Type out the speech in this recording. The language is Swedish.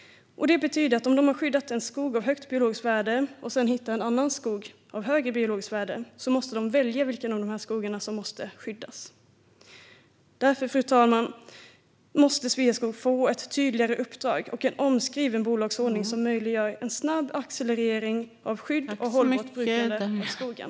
Detta betyder att de om de har skyddat en skog av högt biologiskt värde och sedan hittar en annan skog av högre biologiskt värde måste välja vilken av dessa skogar som ska skyddas. Därför, fru talman, måste Sveaskog få ett tydligare uppdrag och en omskriven bolagsordning som möjliggör en snabb accelerering av skydd och hållbart brukande av skogen.